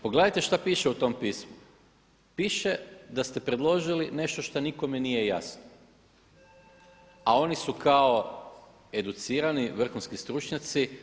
Pogledajte što piše u tom pismu, piše da ste predložili nešto što nikome nije jasno, a oni su kao educirani vrhunski stručnjaci.